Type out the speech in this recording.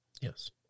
Yes